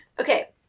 Okay